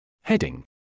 Heading